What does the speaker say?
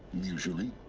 usually